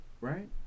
right